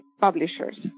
publishers